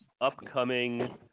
upcoming